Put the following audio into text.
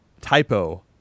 typo